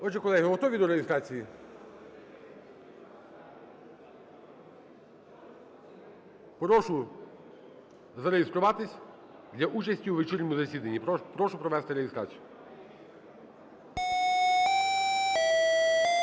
Отже, колеги, готові до реєстрації? Прошу зареєструватися для участі у вечірньому засіданні. Прошу провести реєстрацію.